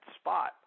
spot